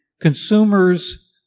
consumers